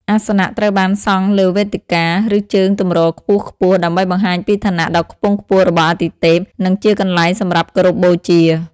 អាសនៈត្រូវបានសង់លើវេទិកា ឬជើងទម្រខ្ពស់ៗ ដើម្បីបង្ហាញពីឋានៈដ៏ខ្ពង់ខ្ពស់របស់អាទិទេព និងជាកន្លែងសម្រាប់គោរពបូជា។